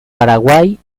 paraguay